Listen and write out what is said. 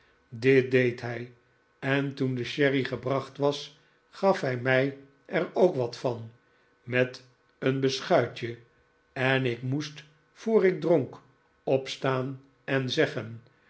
dit deed hij en toen de sherry gebracht was gaf hij mij er ook wat van met een beschuitje en ik moest voor ik dronk opstaan en zeggen